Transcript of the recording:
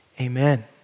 Amen